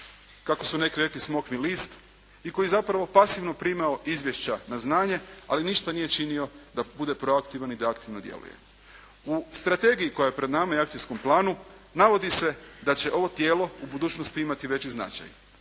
kako su neki rekli smokvin list i koji je zapravo pasivno primao izvješća na znanje, ali ništa nije činio da bude proaktivan i da aktivno djeluje. U strategiji koja je pred nama i akcijskom planu navodi se da će ovo tijelo u budućnosti imati veći značaj.